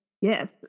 yes